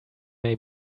may